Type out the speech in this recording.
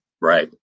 Right